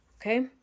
Okay